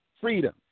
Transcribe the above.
freedom